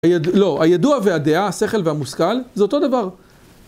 לא, הידוע והדעה, השכל והמושכל, זה אותו דבר.